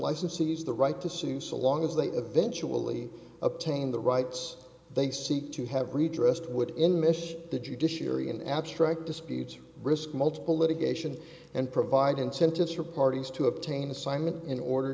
licensees the right to sue so long as they eventually obtain the rights they seek to have redressed would in mish the judiciary in abstract dispute risk multiple litigation and provide incentives for parties to obtain assignment in order